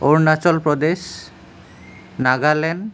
Arunachal Pradesh Nagaland